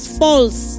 false